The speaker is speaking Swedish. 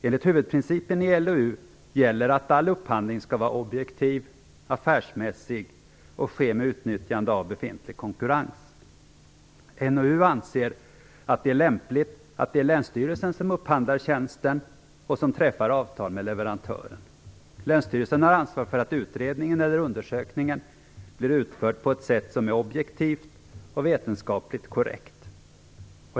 Enligt huvudprincipen i LOU gäller att all upphandling skall vara objektiv, affärsmässig och ske med utnyttjande av befintlig konkurrens. NOU anser att det är lämpligt att det är länsstyrelsen som upphandlar tjänsten och som träffar avtal med leverantören. Länsstyrelsen har ansvar för att utredningen eller undersökningen blir utförd på ett sätt som är objektivt och vetenskapligt korrekt.